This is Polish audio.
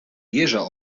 jeża